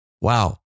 Wow